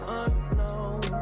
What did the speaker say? unknown